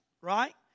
right